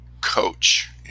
coach